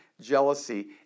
jealousy